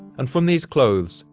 and from these clothes,